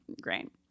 great